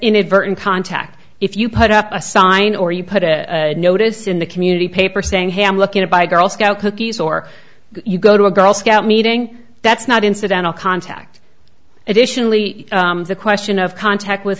inadvertent contact if you put up a sign or you put a notice in the community paper saying hey i'm looking to buy girl scout cookies or you go to a girl scout meeting that's not incidental contact additionally the question of contact with